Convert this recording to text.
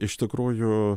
iš tikrųjų